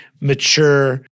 mature